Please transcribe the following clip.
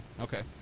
okay